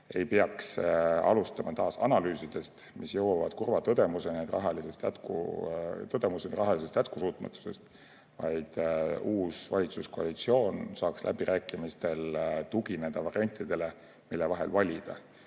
ei peaks alustama taas analüüsidest, mis jõuavad kurva tõdemuseni rahalisest jätkusuutmatusest. Uus valitsuskoalitsioon peaks saama läbirääkimistel tugineda variantidele, mille vahel valida